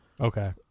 okay